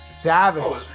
Savage